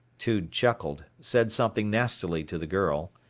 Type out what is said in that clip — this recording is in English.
tude chuckled, said something nastily to the girl,